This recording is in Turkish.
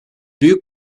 büyük